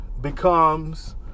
becomes